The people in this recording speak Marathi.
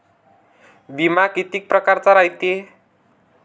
बिमा कितीक परकारचा रायते?